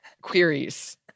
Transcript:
queries